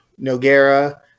Noguera